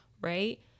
right